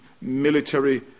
military